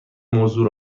موضوع